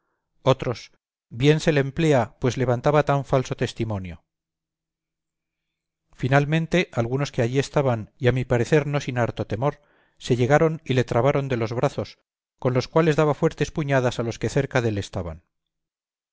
otros bien se le emplea pues levantaba tan falso testimonio finalmente algunos que allí estaban y a mi parecer no sin harto temor se llegaron y le trabaron de los brazos con los cuales daba fuertes puñadas a los que cerca dél estaban